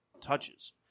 touches